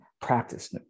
practice